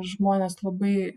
žmonės labai